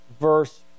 verse